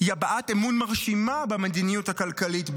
היא הבעת אמון מרשימה במדיניות הכלכלית,